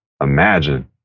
imagine